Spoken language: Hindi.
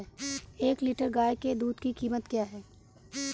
एक लीटर गाय के दूध की कीमत क्या है?